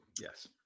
Yes